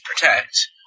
Protect